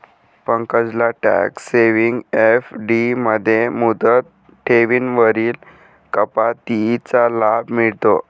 पंकजला tax saving FD मध्ये मुदत ठेवींवरील कपातीचा लाभ मिळतो